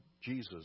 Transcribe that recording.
Jesus